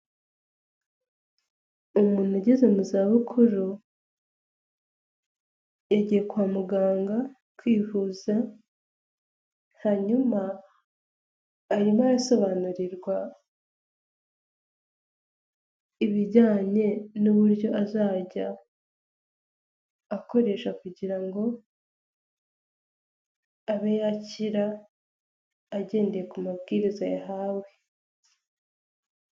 Umuntu ageze mu za bukuru aygiye kwa muganga kwihuza hanyuma arimo arasobanurirwa ibijyanye n'uburyo azajya akoresha kugira abe yakira agendeye ku mabwiriza yahawe.